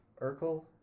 Urkel